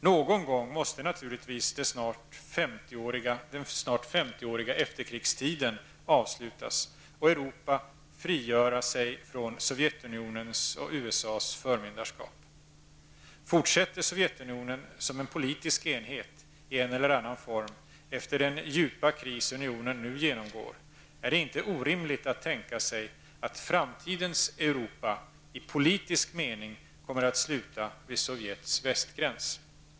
Någon gång måste naturligtvis den snart 50-åriga efterkrigstiden avslutas och Europa frigöra sig från Fortsätter Sovjetunionen som en politisk enhet i en eller annan form efter den djupa kris unionen nu genomgår, är det inte orimligt att tänka sig, att framtidens Europa i politisk mening kommer att sluta vid Sovjets västgräns.